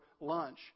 lunch